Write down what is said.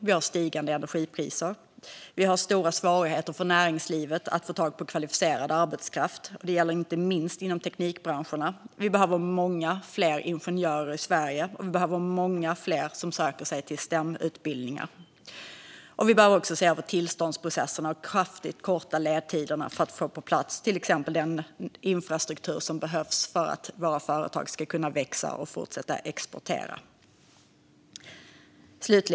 Vi har stigande energipriser. Vi har stora svårigheter för näringslivet att få tag på kvalificerad arbetskraft. Det gäller inte minst inom teknikbranscherna. Vi behöver många fler ingenjörer i Sverige, och vi behöver många fler som söker sig till STEM-utbildningar. Vi behöver också se över tillståndsprocesserna och kraftigt korta ledtiderna för att få på plats till exempel den infrastruktur som behövs för att våra företag ska kunna växa och fortsätta exportera.